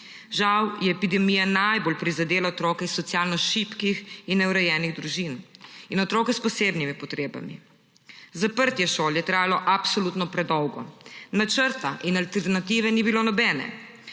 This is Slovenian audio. Žal je epidemija najbolj prizadela otroke iz socialno šibkih in neurejenih družin in otroke s posebnimi potrebami. Zaprtje šol je trajalo absolutno predolgo. Načrta in alternative ni bilo nobene.